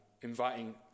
inviting